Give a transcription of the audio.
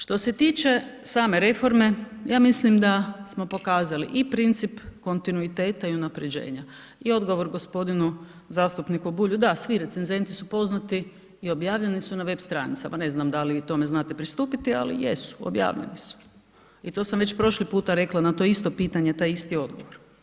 Što se tiče same reforme, ja mislim da smo pokazali i princip kontinuiteta i unapređenja i odgovor g. zastupniku Bulju, da svi recenzenti su poznati i objavljeni su na web stranicama, ne znam da li vi tome znate pristupiti, ali jesu, objavljeni su i to sam već prošli puta rekla na to isto pitanje, taj isti odgovor.